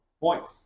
points